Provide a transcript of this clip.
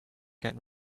get